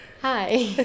Hi